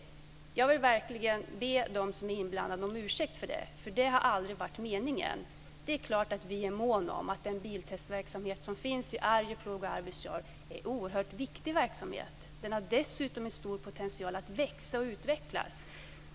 Jag vill verkligen be dem som är inblandade om ursäkt för detta. Det har aldrig varit meningen. Det är klart att vi är mån om den viktiga biltestverksamhet som finns i Arjeplog och Arvidsjaur. Den har dessutom en stor potential att växa och utvecklas.